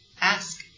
Ask